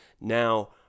Now